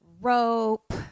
rope